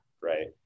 right